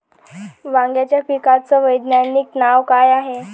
वांग्याच्या पिकाचं वैज्ञानिक नाव का हाये?